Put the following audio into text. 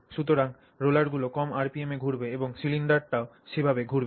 সুতরাং রোলারগুলি কম আরপিএম এ ঘুরবে এবং সিলিন্ডারটিও সেভাবে ঘুরবে